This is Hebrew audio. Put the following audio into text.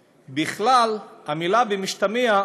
בכלל, המילה "במשתמע":